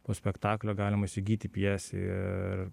po spektaklio galima įsigyti pjesę ir